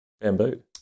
bamboo